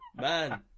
man